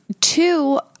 Two